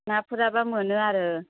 ना फोराबा मोनो आरो